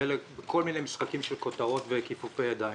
ואלה עושים כל מיני משחקים של כותרות וכיפופי ידיים.